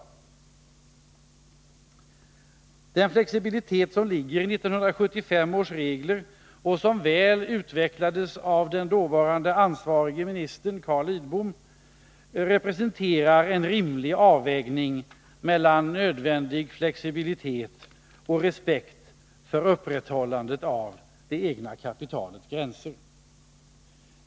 Den flexibilitet som ligger i 1975 års regler och som utvecklades väl av den då ansvarige ministern Carl Lidbom representerar en rimlig avvägning mellan nödvändig flexibilitet och respekt för upprätthållandet av det egna kapitalets gränser.